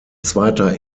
zweiter